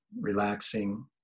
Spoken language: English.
relaxing